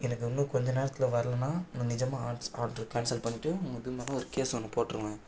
எனக்கு உன்னும் கொஞ்ச நேரத்தில் வர்லைனா நான் நிஜமாக ஆட்ஸ் ஆர்ட்ரு கேன்சல் பண்ணிவிட்டு உங்கள் இது மேலே கேஸ் ஒன்று போட்டுருவேன்